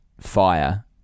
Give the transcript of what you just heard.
fire